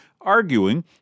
arguing